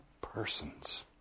persons